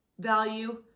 value